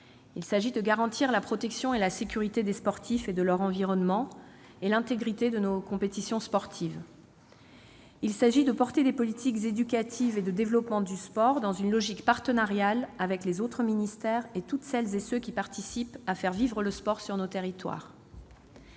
Il s'agit de garantir la protection et la sécurité des sportifs et de leur environnement, et l'intégrité de nos compétitions sportives. Il s'agit de soutenir des politiques éducatives et de développement du sport, dans une logique partenariale avec les autres ministères et toutes celles et tous ceux qui participent à faire vivre le sport sur nos territoires.